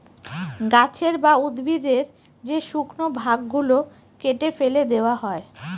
গাছের বা উদ্ভিদের যে শুকনো ভাগ গুলো কেটে ফেলে দেওয়া হয়